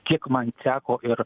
kiek man teko ir